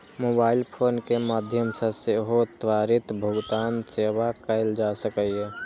mobile phone के माध्यम सं सेहो त्वरित भुगतान सेवा कैल जा सकैए